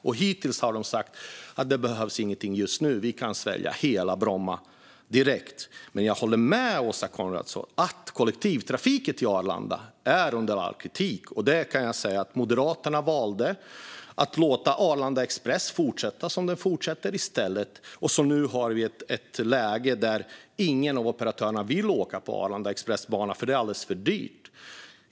Hittills har de sagt att det inte behövs något just nu, utan de kan svälja hela Bromma direkt. Jag håller med Åsa Coenraads om att kollektivtrafiken till Arlanda är under all kritik. Moderaterna valde att låta Arlanda Express fortsätta som de gör, och nu har vi ett läge där ingen av operatörerna vill åka på Arlanda Express bana därför att det blir alldeles för dyrt.